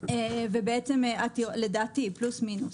זה לדעתי פלוס-מינוס.